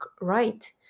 right